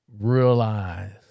realize